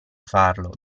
farlo